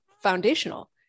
foundational